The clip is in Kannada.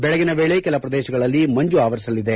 ಬೆಳಗಿನ ವೇಳೆ ಕೆಲ ಪ್ರದೇಶಗಳಲ್ಲಿ ಮಂಜು ಆವರಿಸಲಿದೆ